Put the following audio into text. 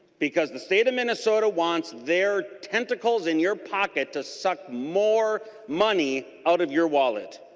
because the state of minnesota once there tentacles in your pocket to suck more money out of your wallet.